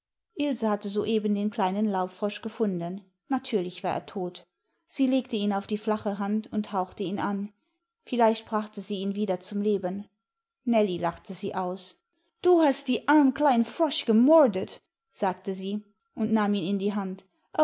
ilse hatte soeben den kleinen laubfrosch gefunden natürlich war er tot sie legte ihn auf die flache hand und hauchte ihn an vielleicht brachte sie ihn wieder zum leben nellie lachte sie aus du hast die arm klein frosch gemordet sagte sie und nahm ihn in die hand